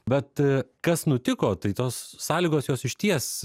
bet kas nutiko tai tos sąlygos jos išties